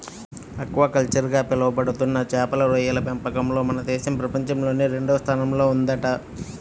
aquaculture గా పిలవబడుతున్న చేపలు, రొయ్యల పెంపకంలో మన దేశం ప్రపంచంలోనే రెండవ స్థానంలో ఉందంట